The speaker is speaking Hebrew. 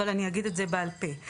אבל אני אגיד את זה בעל פה.